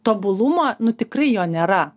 tobulumo nu tikrai jo nėra